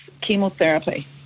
chemotherapy